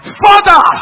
father